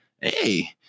hey